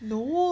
no